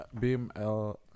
bml